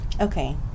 Okay